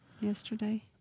yesterday